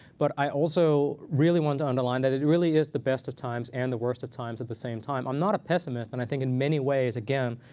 but i also really want to underline that it really is the best of times and the worst of times at the same time. i'm not a pessimist. and i think in many ways, again,